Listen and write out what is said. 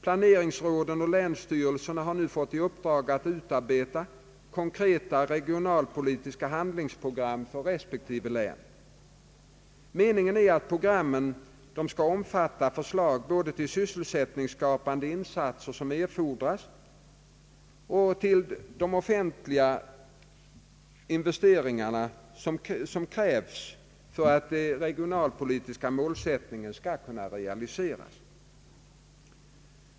Planeringsråden och länsstyrelserna har fått i uppdrag att utarbeta konkreta regionalpolitiska handlingsprogram för respektive län. Meningen är att programmen skall omfatta förslag både till sysselsättningsskapande insatser som erfordras och till de offentliga investeringar som krävs för att den regionalpolitiska målsättningen skall kunna realiseras.